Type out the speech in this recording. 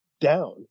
down